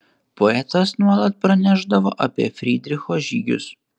poetas nuolat pranešdavo apie frydricho žygius